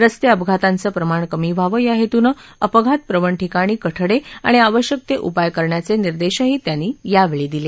रस्ते अपघातांचं प्रमाण कमी व्हावं या हेतूनं अपघात प्रवण ठिकाणी कठडे आणि आवश्यक ते उपाय करण्याचे निर्देशही त्यांनी यावेळी दिले